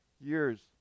years